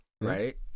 Right